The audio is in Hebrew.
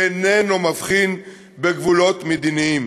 שאיננו מבחין בגבולות מדיניים.